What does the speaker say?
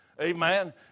amen